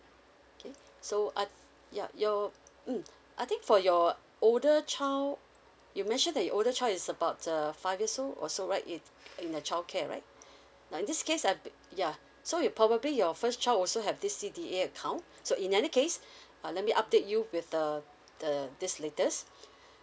okay so un~ yup your mm I think for your older child you mentioned that your older child is about uh five years old or so right it in a childcare right now in this case I yeah so you probably your first child also have this C_D_A account so in any case uh let me update you with the the this latest